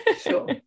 sure